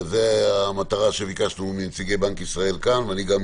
זו המטרה שביקשנו מנציגי בנק ישראל, כאן, ואני גם